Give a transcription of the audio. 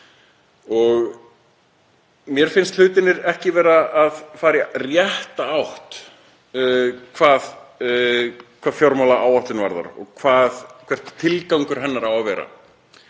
Mér finnst hlutirnir ekki vera að fara í rétta átt hvað fjármálaáætlun varðar og hver tilgangur hennar á að vera.